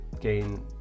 gain